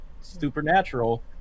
supernatural